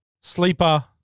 Sleeper